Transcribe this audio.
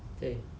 对